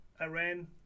Iran